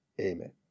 amen